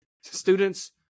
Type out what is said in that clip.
students